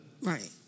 Right